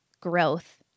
Growth